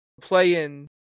play-in